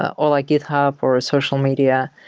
or like github or social media.